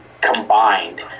combined